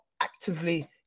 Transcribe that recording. actively